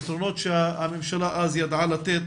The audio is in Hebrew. הפתרונות שהממשלה אז ידעה לתת,